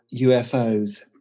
UFOs